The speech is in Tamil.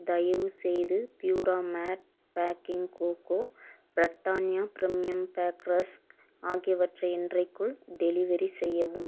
தயவுசெய்து பியூராமேட் baking cocoa Britannia premium bake rusk ஆகியவற்றை இன்றைக்குள் டெலிவரி செய்யவும்